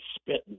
spitting